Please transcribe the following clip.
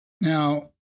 Now